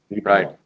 Right